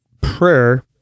prayer